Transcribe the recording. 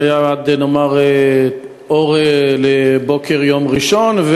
שהיה עד אור לבוקר יום ראשון,